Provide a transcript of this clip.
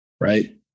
right